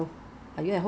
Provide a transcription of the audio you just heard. yes